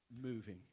moving